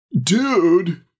Dude